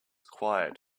quiet